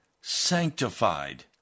sanctified